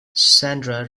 sandra